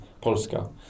Polska